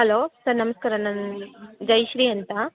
hello sir ನಮಸ್ಕಾರ ನಾನ್ ಜಯಶ್ರೀ ಅಂತ